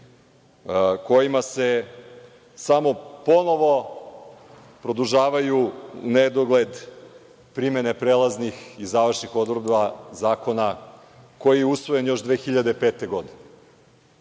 kojima se samo ponovo produžavaju u nedogled primene prelaznih i završnih odredbi zakona koji je usvojen još 2005.